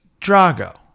Drago